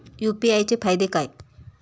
UPI चे फायदे काय?